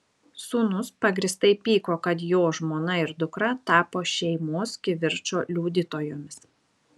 sūnus pagrįstai pyko kad jo žmona ir dukra tapo šeimos kivirčo liudytojomis